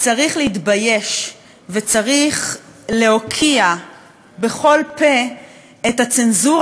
צריך להתבייש וצריך להוקיע בכל פה את הצנזורה